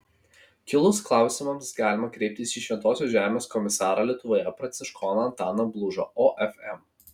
kilus klausimams galima kreiptis į šventosios žemės komisarą lietuvoje pranciškoną antaną blužą ofm